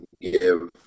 give